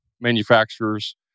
manufacturers